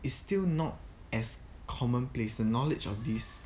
is still not as common place the knowledge of this